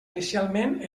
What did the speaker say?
inicialment